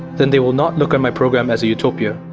then they will not look on my program as a utopia.